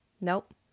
Nope